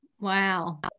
wow